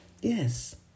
yes